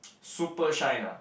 super shine ah